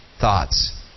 thoughts